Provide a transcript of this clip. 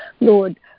Lord